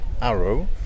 Arrow